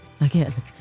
Again